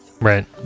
right